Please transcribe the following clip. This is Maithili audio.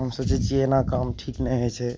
हमसभ जे छियै ने एना काम ठीक नहि होइ छै